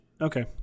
okay